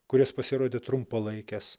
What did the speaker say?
kurios pasirodė trumpalaikės